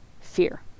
fear